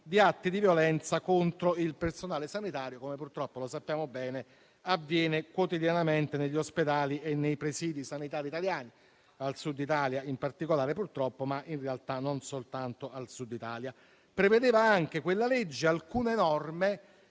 di atti di violenza contro il personale sanitario, come purtroppo - lo sappiamo bene - avviene quotidianamente negli ospedali e nei presidi sanitari italiani, al Sud Italia in particolare, purtroppo, ma non soltanto in quelle realtà. Quella legge prevedeva anche alcune norme